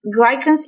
glycans